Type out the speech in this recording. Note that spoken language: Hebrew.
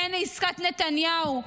כן לעסקת נתניהו,